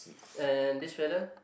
and this fella